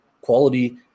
quality